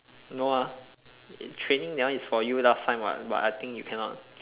no ah training that one is for you last time [what] but I think you cannot